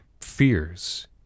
fears